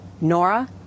Nora